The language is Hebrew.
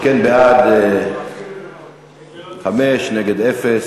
בעד 5, נגד, אפס.